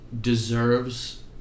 deserves